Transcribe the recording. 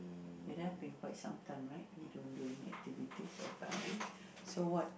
it have been quite some time right you don't do any activities for family so what